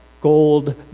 gold